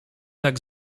tak